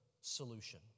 solution